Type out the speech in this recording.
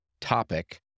topic